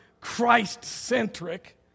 Christ-centric